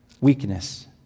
weakness